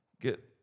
get